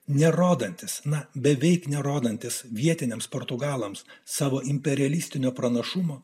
nerodantis na beveik nerodantis vietiniams portugalams savo imperialistinio pranašumo